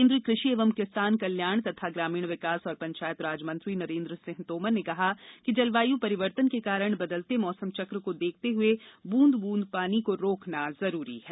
केन्द्रीय कृषि एवं किसान कल्याण तथा ग्रामीण विकास व पंचायत राज मंत्री नरेन्द्र सिंह तोमर ने कहा कि जलवायु परिवर्तन के कारण बदलते मौसम चक्र को देखते हुए बूंद बूंद पानी को रोकना जरूरी है